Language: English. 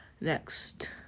Next